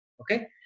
Okay